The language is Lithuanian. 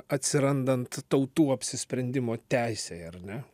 atsirandant tautų apsisprendimo teisei ar ne